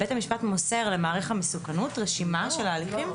בית המשפט מוסר למעריך המסוכנות רשימה של ההליכים.